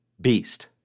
Beast